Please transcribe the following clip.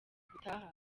gutaha